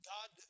God